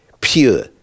pure